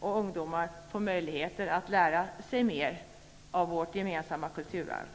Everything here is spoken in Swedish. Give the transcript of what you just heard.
och ungdomar får möjligheter att lära sig mer av vårt gemensamma kulturarv.